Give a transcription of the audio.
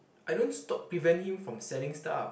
I don't stop prevent him from selling stuff